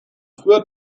früher